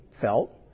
felt